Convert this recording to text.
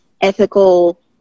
ethical